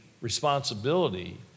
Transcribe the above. responsibility